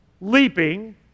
leaping